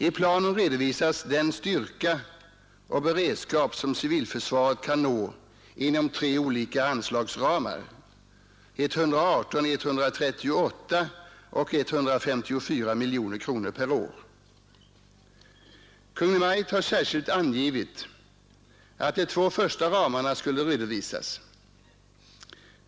I planen redovisas den styrka och beredskap som civilförsvaret kan nå inom tre olika anslagsramar — 118, 138 och 154 miljoner kronor per år. Kungl. Maj:t har särskilt angivit att de två första ramarna skulle redovisas.